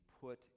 put